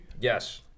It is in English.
Yes